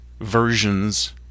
versions